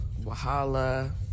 Wahala